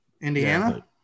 indiana